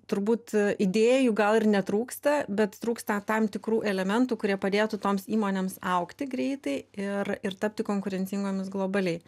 turbūt idėjų gal ir netrūksta bet trūksta tam tikrų elementų kurie padėtų toms įmonėms augti greitai ir ir tapti konkurencingomis globaliai